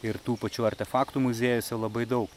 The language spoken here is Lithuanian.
ir tų pačių artefaktų muziejuose labai daug